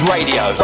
Radio